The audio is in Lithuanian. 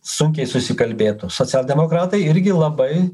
sunkiai susikalbėtų socialdemokratai irgi labai